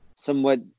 Somewhat